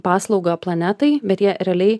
paslaugą planetai bet jie realiai